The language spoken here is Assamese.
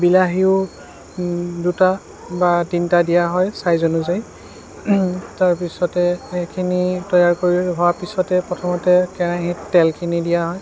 বিলাহীও দুটা বা তিনিটা দিয়া হয় ছাইজ অনুযায়ী তাৰপিছতে এইখিনি তৈয়াৰ কৰি হোৱাৰ পিছতে প্ৰথমতে কেৰাহিত তেলখিনি দিয়া হয়